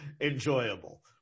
enjoyable